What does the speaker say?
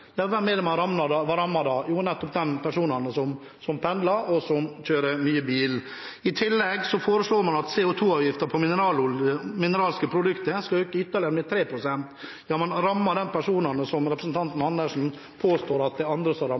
da? Jo, nettopp de personene som pendler, og som kjører mye bil. I tillegg foreslår man at CO2-avgiften på mineralske produkter skal øke ytterligere, med 3 pst. Ja, man rammer de personene som representanten Dag Terje Andersen påstår at det er andre